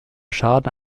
schaden